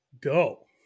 go